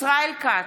ישראל כץ,